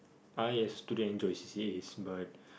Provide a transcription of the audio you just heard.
I has to join c_c_a it's but